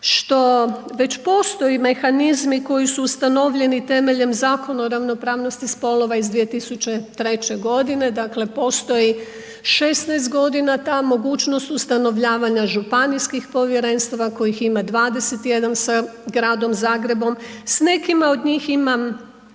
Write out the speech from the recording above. što već postoje mehanizmi koji su ustanovljeni temeljem Zakona o ravnopravnosti spolova iz 2003. g., dakle postoji 16 g. ta mogućnost ustanovljavanja županijskih povjerenstava kojih ima 21 sa gradom Zagrebom, s nekima od njih imam